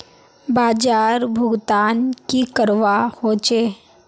बाजार भुगतान की करवा होचे?